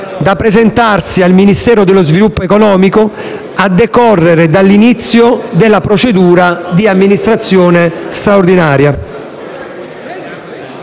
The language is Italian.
da presentarsi al Ministero dello sviluppo economico a decorrere dall'inizio della procedura di amministrazione straordinaria.